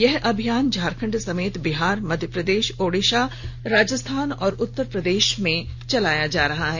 यह अभियान झारखंड समेत बिहार मध्यप्रदेश ओडिशा राजस्थान और उत्तर प्रदेश में चलाया जा रहा है